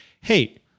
hey